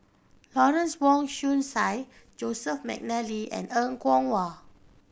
Lawrence Wong Shyun Tsai Joseph McNally and Er Kwong Wah